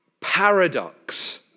paradox